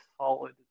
solid